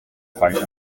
fight